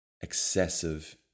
excessive